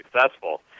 successful